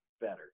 better